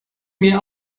mir